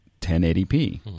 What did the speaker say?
1080p